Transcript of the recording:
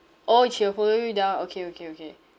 orh she'll follow you down okay okay okay